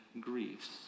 griefs